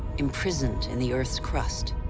imprisoned in the earth's crust.